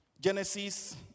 Genesis